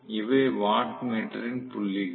இவை வாட் மீட்டரின் புள்ளிகள்